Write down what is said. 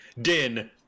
din